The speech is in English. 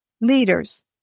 leaders